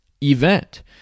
event